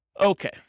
Okay